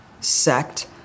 sect